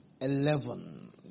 Eleven